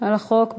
על החוק.